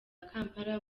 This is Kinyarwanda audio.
kampala